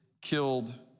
killed